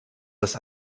das